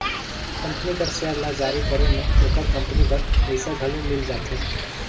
company कर share ल जारी करे में ओकर कंपनी बर पइसा घलो मिल जाथे